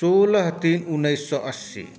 सोलह तीन उन्नैस सए अस्सी